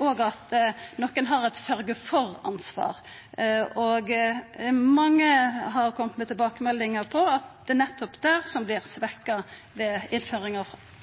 og at nokre har eit sørgja-for-ansvar. Mange har kome med tilbakemeldingar om at det nettopp er det som vert svekt ved innføringa